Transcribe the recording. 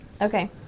Okay